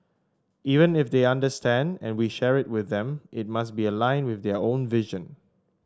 even if they understand and we share with them it must be aligned with their own vision